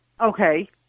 Okay